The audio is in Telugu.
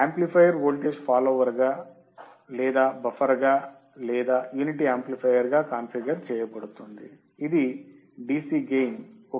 యాంప్లిఫైయర్ వోల్టేజ్ ఫాలోవర్ గా లేదా బఫర్ లేదా యూనిటీ యాంప్లిఫయర్గా కాన్ఫిగర్ చేయబడింది ఇది DC గెయిన్ 1 ఇస్తుంది AV 1